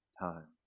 times